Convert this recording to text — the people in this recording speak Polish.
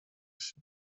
się